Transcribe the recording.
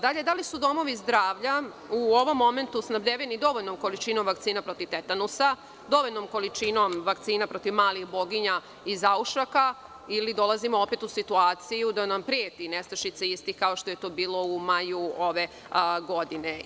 Da li su domovi zdravlja u ovom momentu snabdeveni dovoljnom količinom vakcina protiv tetanusa, dovoljnom količinom vakcina protiv malih boginja i zaušaka ili dolazimo opet u situaciju da nam preti nestašica istih, kao što je to bilo u maju ove godine?